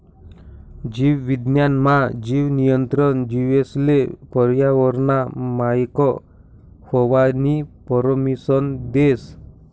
जीव विज्ञान मा, जीन नियंत्रण जीवेसले पर्यावरनना मायक व्हवानी परमिसन देस